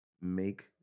make